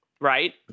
right